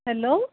hello